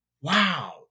wow